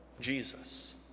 Jesus